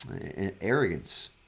arrogance